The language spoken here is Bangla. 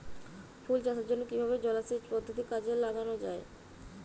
ফুল চাষের জন্য কিভাবে জলাসেচ পদ্ধতি কাজে লাগানো যাই?